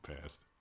past